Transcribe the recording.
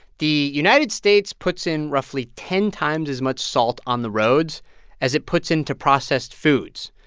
the united states puts in roughly ten times as much salt on the roads as it puts into processed foods.